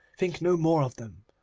think no more of them.